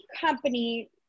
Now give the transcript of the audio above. company